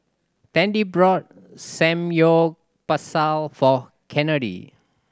Tandy bought Samgyeopsal for Kennedy